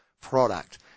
product